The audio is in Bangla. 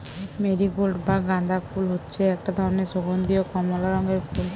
মেরিগোল্ড বা গাঁদা ফুল হচ্ছে একটা ধরণের সুগন্ধীয় কমলা রঙের ফুল